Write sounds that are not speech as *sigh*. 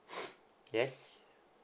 *breath* yes